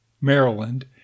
Maryland